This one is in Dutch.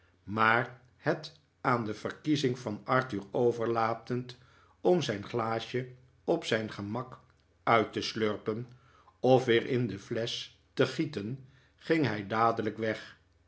maar het aan de verkiezing van arthur overlatend om zijn glaasje op zijn gemak uit te slurpen of weer in de flesch te gieten ging hij dadelijk weg